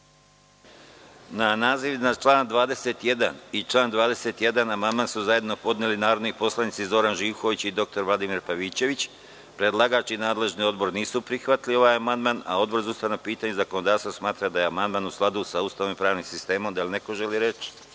naziv iznad člana 28. i član 28. amandman su zajedno podneli narodni poslanici Zoran Živković i dr Vladimir Pavićević. Predlagač i nadležni odbor nisu prihvatili ovaj amandman. Odbor za ustavna pitanja i zakonodavstvo smatra da je amandman u skladu sa Ustavom i pravnim sistemom. Na naziv